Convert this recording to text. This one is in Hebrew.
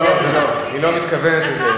לא, היא לא מתכוונת לזה.